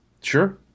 Sure